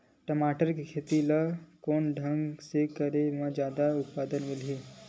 टमाटर के खेती ला कोन ढंग से करे म जादा उत्पादन मिलही?